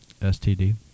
STD